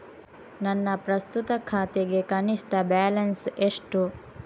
ನನ್ನ ಪ್ರಸ್ತುತ ಖಾತೆಗೆ ಕನಿಷ್ಠ ಬ್ಯಾಲೆನ್ಸ್ ಎಷ್ಟು?